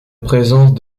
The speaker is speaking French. présence